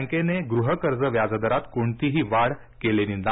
बँकेने गृह कर्ज व्याज दरात कोणतीही वाढ केलेली नाही